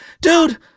dude